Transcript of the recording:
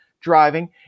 driving